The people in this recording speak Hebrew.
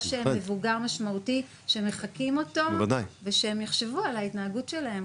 שהם מבוגר משמעותי שמחקים אותו ושיחשבו על ההתנהגות שלהם,